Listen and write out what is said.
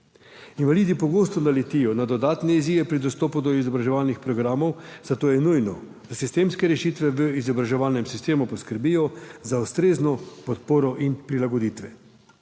Invalidi pogosto naletijo na dodatne izzive pri dostopu do izobraževalnih programov, zato je nujno, da sistemske rešitve v izobraževalnem sistemu poskrbijo za ustrezno podporo in prilagoditve.